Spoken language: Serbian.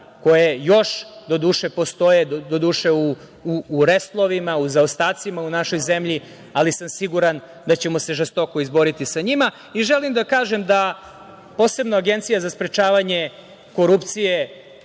koje još doduše postoje, doduše u restlovima, u zaostacima u našoj zemlji, ali sam siguran da ćemo se žestoko izboriti sa njima. Želim da kažem da posebno Agencija za sprečavanje korupcije